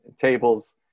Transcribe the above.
tables